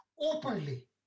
openly